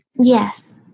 Yes